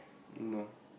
no